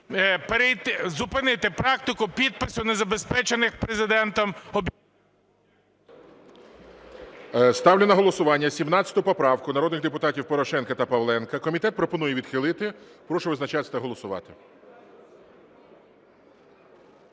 зупинити практику підпису, незабезпечених Президентом… ГОЛОВУЮЧИЙ. Ставлю на голосування 17 поправку народних депутатів Порошенка та Павленка. Комітет пропонує відхилити. Прошу визначатись та голосувати.